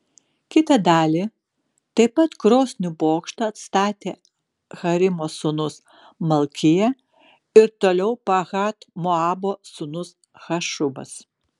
kitą dalį taip pat krosnių bokštą atstatė harimo sūnus malkija ir toliau pahat moabo sūnus hašubas